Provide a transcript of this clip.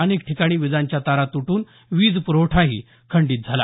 अनेक ठिकाणी विजांच्या तारा तुटून विज पुरवठा खंडीत झाला